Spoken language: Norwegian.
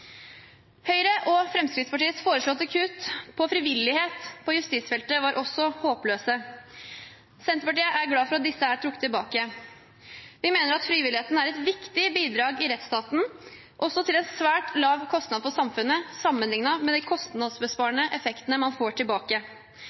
Høyre og Fremskrittspartiets foreslåtte kutt til frivillighet på justisfeltet var også håpløse. Senterpartiet er glad for at disse er trukket tilbake. Vi mener at frivilligheten er et viktig bidrag i rettsstaten, og til en svært lav kostnad for samfunnet sammenlignet med de kostnadsbesparende effektene man får tilbake.